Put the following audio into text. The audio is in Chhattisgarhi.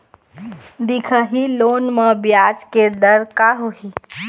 दिखाही लोन म ब्याज के दर का होही?